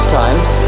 times